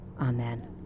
Amen